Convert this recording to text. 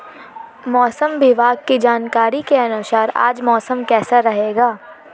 मौसम विभाग की जानकारी के अनुसार आज मौसम कैसा रहेगा?